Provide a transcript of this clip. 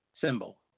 symbol